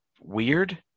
weird